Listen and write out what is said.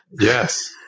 Yes